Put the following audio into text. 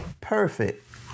perfect